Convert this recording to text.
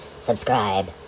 subscribe